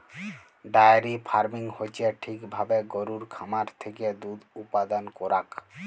diary farming হচ্যে ঠিক ভাবে গরুর খামার থেক্যে দুধ উপাদান করাক